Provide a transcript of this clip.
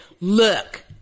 Look